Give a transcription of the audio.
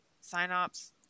Synopsis